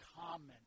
common